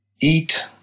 eat